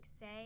say